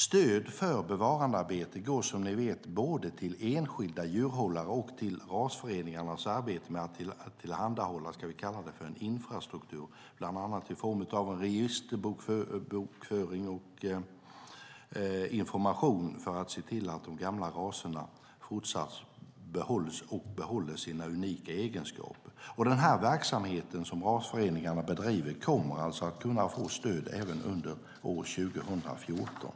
Stöd för bevarandearbete går som ni vet både till enskilda djurhållare och till rasföreningarnas arbete med att tillhandahålla en infrastruktur - så kan vi kalla det - bland annat i form av en registerbokföring och information för att se till att de gamla raserna fortsatt behålls och behåller sina unika egenskaper. Den verksamhet som rasföreningarna bedriver kommer alltså att kunna få stöd även under år 2014.